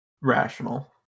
Rational